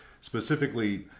Specifically